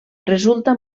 resulta